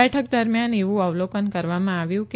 બેઠક દરમિયાન એવું અવલોકન કરવામાં આવ્યું છે